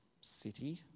city